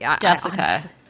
Jessica